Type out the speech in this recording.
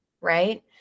right